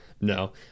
no